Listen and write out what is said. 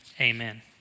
amen